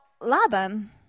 Laban